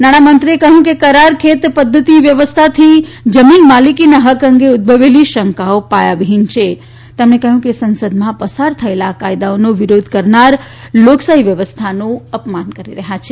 નાણામંત્રી એ કહ્યું કે કરાર ખેત પધ્ધતિથી જમીન માલીકીના હક અંગે ઉદભવેલી શંકાઓ પાયાવિફીન છે તેમણે કહયું કે સંસદમાં પસાર થયેલા આ કાયદાઓનો વીરોધ કરનાર લોકશાહી વ્યવસ્થાનું અપમાન કરી રહ્યાં છે